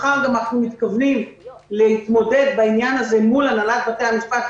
מחר אנחנו גם מתכוונים להתמודד בעניין הזה מול הנהלת בתי המשפט,